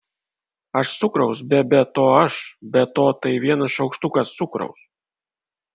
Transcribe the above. aš cukraus be be to aš be to tai vienas šaukštukas cukraus